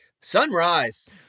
Sunrise